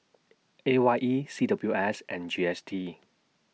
A Y E C W S and G S T